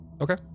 Okay